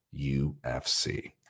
UFC